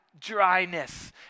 Dryness